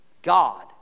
God